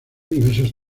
diversos